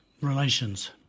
relations